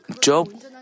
Job